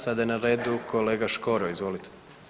Sada je na redu kolega Škoro, izvolite.